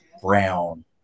brown